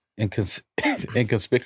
Inconspicuous